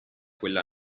quella